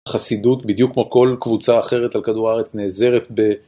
חסידות, בדיוק כמו כל קבוצה אחרת על כדור הארץ נעזרת ב...